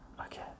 Okay